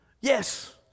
yes